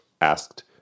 asked